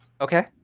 Okay